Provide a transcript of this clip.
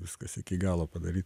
viskas iki galo padaryt